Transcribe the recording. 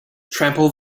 trample